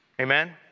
Amen